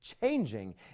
changing